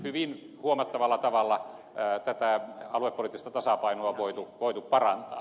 hyvin huomattavalla tavalla tätä aluepoliittista tasapainoa on voitu parantaa